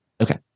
Okay